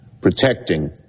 protecting